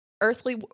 earthly